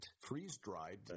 freeze-dried